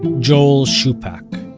joel shupack